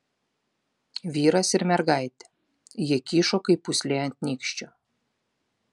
vyras ir mergaitė jie kyšo kaip pūslė ant nykščio